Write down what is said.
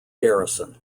garrison